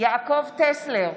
יעקב טסלר,